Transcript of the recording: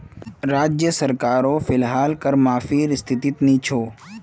राज्य सरकारो फिलहाल कर माफीर स्थितित नी छोक